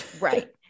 Right